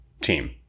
team